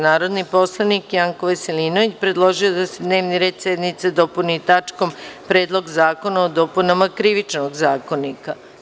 Narodni poslanik Janko Veselinović predložio je da se dnevni red sednice dopuni tačkom – Predlog zakona o dopunama Krivičnog zakonika.